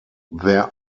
there